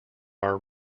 are